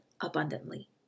abundantly